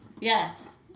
Yes